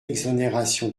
exonération